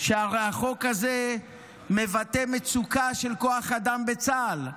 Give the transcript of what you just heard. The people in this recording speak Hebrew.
שהרי החוק הזה מבטא מצוקה של כוח אדם בצה"ל,